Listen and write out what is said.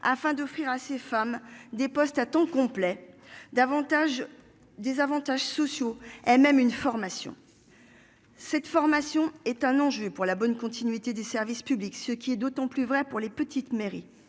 afin d'offrir à ces femmes des postes à temps complet davantage des avantages sociaux et même une formation. Cette formation est un enjeu pour la bonne continuité du service public, ce qui est d'autant plus vrai pour les petites mairies,